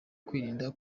kwirinda